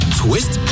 twist